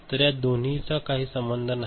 तर या दोन्ही चा काही संबंध नाही